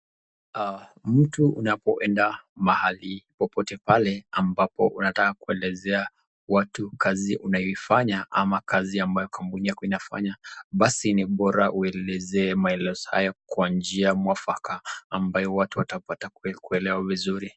Mtu unapoenda mahali popote pale ambapo unataka kuelezea watu kazi unayoifanya ama kazi ambayo kampuni yako inafanya basi ni bora uelezee maelezo haya kwa njia mwafaka ambayo watu watapata kuelewa vizuri